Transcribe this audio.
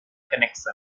connection